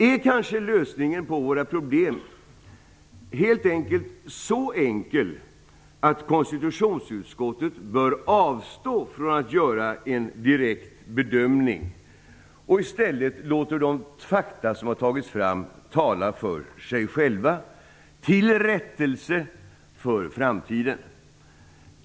Är lösningen på våra problem kanske så enkel att konstitutionsutskottet bör avstå från att göra en direkt bedömning och i stället låta de fakta som har tagits fram tala för sig själva, till rättelse för framtiden?